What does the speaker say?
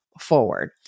forward